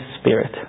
Spirit